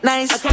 Nice